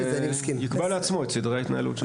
יקבע לעצמו את סדרי ההתנהלות שלו.